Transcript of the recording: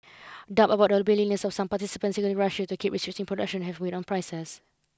doubts about the willingness of some participants including Russia to keep restricting production have weighed on prices